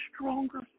stronger